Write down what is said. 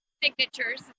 signatures